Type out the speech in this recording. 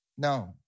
No